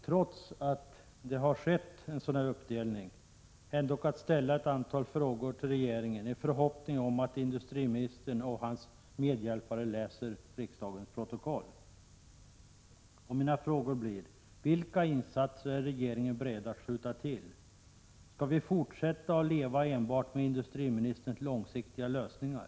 Trots att det skett en sådan uppdelning kommer jag att ställa ett antal frågor till regeringen, i förhoppningen om att industriministern och hans medhjälpare läser riksdagens protokoll. Mina frågor blir: Vilka insatser är regeringen beredd att skjuta till? Skall vi fortsätta att leva enbart med industriministerns långsiktiga lösningar?